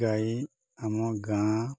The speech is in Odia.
ଗାଈ ଆମ ଗାଁ